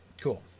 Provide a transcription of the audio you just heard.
Cool